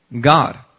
God